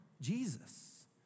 Jesus